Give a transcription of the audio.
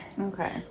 okay